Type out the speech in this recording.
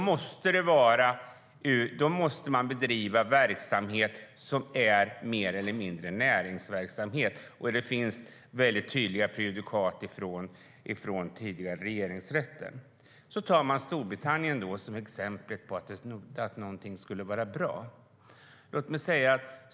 Man måste bedriva verksamhet som mer eller mindre är näringsverksamhet. Det finns tydliga prejudikat från tidigare Regeringsrätten. Storbritannien togs här som exempel på något bra.